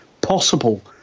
possible